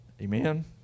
amen